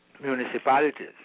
municipalities